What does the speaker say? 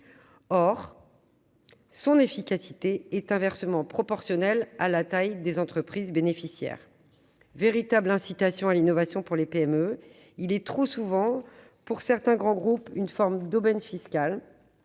son efficacité est inversement proportionnelle à la taille des entreprises bénéficiaires : véritable incitation à l'innovation pour les petites et moyennes entreprises (PME), il est trop souvent, pour certains grands groupes, une forme d'aubaine fiscale.